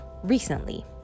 Recently